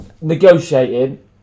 negotiating